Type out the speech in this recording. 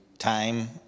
time